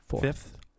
fifth